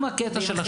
גם הקטע של השואה.